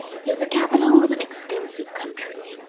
is the capital of an extensive country.